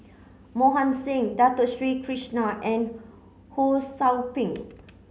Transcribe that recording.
Mohan Singh Dato Sri Krishna and Ho Sou Ping